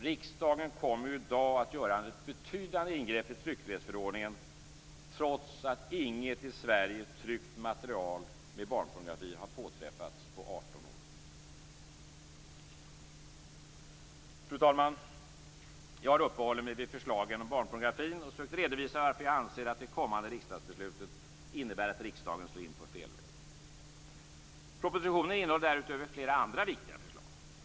Riksdagen kommer ju i dag att göra ett betydande ingrepp i tryckfrihetsförordningen trots att inget i Sverige tryckt material med barnpornografi har påträffats på 18 år. Fru talman! Jag har uppehållit mig vid förslagen om barnpornografin och sökt redovisa varför jag anser att det kommande riksdagsbeslutet innebär att riksdagen slår in på fel väg. Propositionen innehåller därutöver flera andra viktiga förslag.